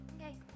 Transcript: Okay